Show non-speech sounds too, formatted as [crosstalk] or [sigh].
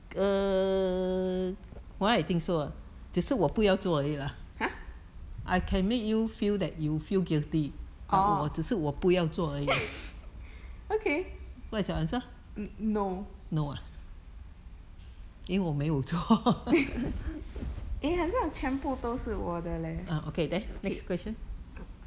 !huh! orh [laughs] okay n~ no [laughs] eh 很像全部都是我的 leh okay